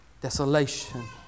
desolation